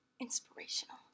inspirational